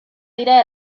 dira